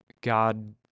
God